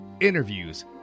interviews